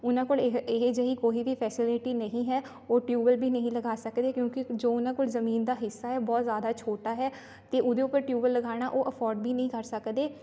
ਉਹਨਾਂ ਕੋਲ ਇਹ ਇਹ ਜਿਹੀ ਕੋਈ ਵੀ ਫੈਸਿਲਿਟੀ ਨਹੀਂ ਹੈ ਉਹ ਟਿਊਬਲ ਵੀ ਨਹੀਂ ਲਗਾ ਸਕਦੇ ਕਿਉਂਕਿ ਜੋ ਉਹਨਾਂ ਕੋਲ ਜ਼ਮੀਨ ਦਾ ਹਿੱਸਾ ਹੈ ਬਹੁਤ ਜ਼ਿਆਦਾ ਛੋਟਾ ਹੈ ਅਤੇ ਉਹਦੇ ਉੱਪਰ ਟਿਊਬਲ ਲਗਾਣਾ ਉਹ ਅਫੋਰਡ ਵੀ ਨਹੀਂ ਕਰ ਸਕਦੇ